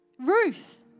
Ruth